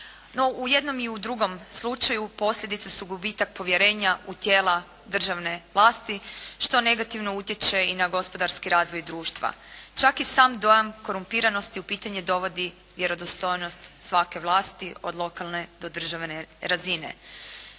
u jednom i u drugom slučaju posljedice su gubitak povjerenja u tijela državne vlasti što negativno utječe i na gospodarski razvoj društva. Čak i sam dojam korumpiranosti u pitanje dovodi vjerodostojnost svake vlasti od lokalne do državne razine.